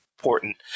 Important